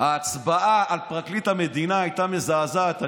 ההצבעה על פרקליט המדינה הייתה מזעזעת.